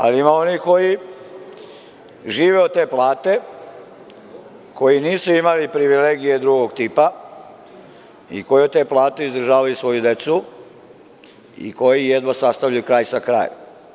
Ali, ima onih koji žive od te plate koji nisu imali privilegije drugog tipa i koji od te plate izdržavaju svoju decu i koji jedva sastavljaju kraj sa krajem.